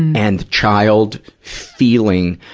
and the child feeling,